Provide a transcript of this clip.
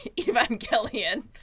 Evangelion